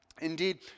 Indeed